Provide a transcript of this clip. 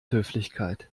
höflichkeit